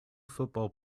football